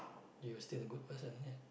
you're still a good person